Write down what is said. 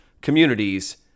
communities